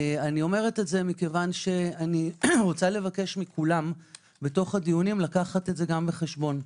אני אומרת זאת כי אני רוצה לבקש מכולם בתוך הדיונים - לקחת זאת בחשבון.